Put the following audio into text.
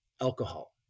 Alcohol